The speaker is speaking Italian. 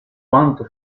quanto